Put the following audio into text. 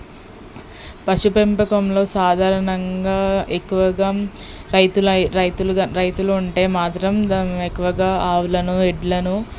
పశు పెంపకంలో సాధారణంగా ఎక్కువగా రైతులై రైతులు రైతులుంటే మాత్రం దం ఎక్కువగా ఆవులను ఎడ్లను